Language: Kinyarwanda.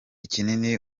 kinini